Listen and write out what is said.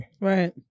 Right